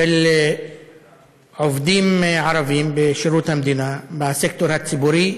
של עובדים ערבים בשירות המדינה, מהסקטור הציבורי,